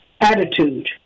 attitude